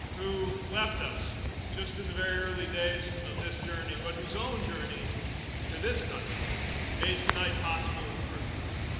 who left us in the very early days of this journey but whose own journey to this country made tonight possible in the first place.